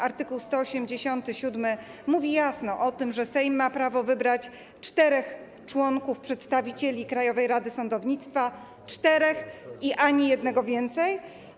Art. 187 mówi jasno o tym, że Sejm ma prawo wybrać czterech członków przedstawicieli Krajowej Rady Sądownictwa, czterech i ani jednego więcej.